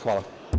Hvala.